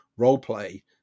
roleplay